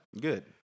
Good